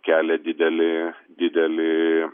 kelia didelį didelį